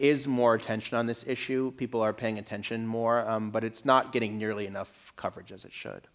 is more attention on this issue people are paying attention more but it's not getting nearly enough coverage as it should